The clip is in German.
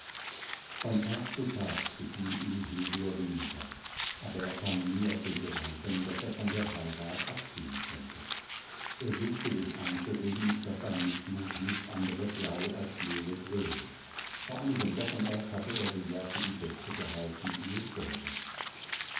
von tag zu tag gefiel ihm hildur weniger aber er kam nie auf den gedanken daß er von der heirat abstehen könnte er suchte sich einzureden daß sein mißmut nichts andres sei als leere grillen vor einigen wochen erst hatte er sie ja für die beste gehalten die es gäbe